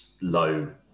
low